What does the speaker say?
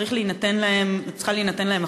צריכה להינתן להם החשיבות,